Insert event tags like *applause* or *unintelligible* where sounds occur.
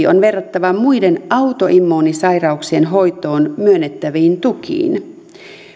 *unintelligible* on verrattava muiden autoimmuunisairauksien hoitoon myönnettäviin tukiin